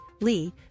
Lee